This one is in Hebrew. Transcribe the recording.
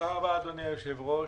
אדוני היושב-ראש,